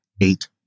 eight